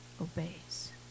obeys